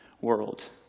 world